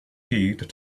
heed